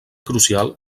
crucial